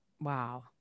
Wow